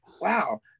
wow